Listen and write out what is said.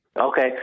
Okay